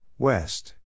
West